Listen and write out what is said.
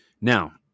Now